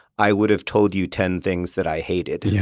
i would've told you ten things that i hated. yeah